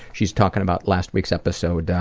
she's talking about last week's episode,